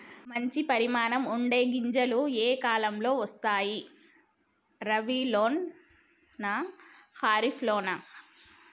మంచి పరిమాణం ఉండే గింజలు ఏ కాలం లో వస్తాయి? రబీ లోనా? ఖరీఫ్ లోనా?